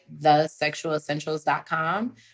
thesexualessentials.com